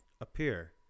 appear